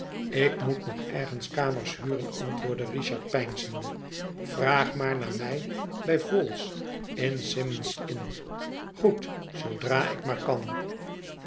ik moet nog ergers kamers huren antwoordde richard peinzende vraag maar naar mij bij vholesin s ymond's inn goed zoodra ik maar kan